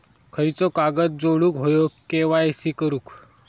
खयचो कागद जोडुक होयो के.वाय.सी करूक?